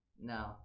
No